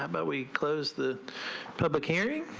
um ah we close the public hearing.